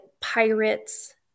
pirates